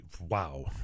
Wow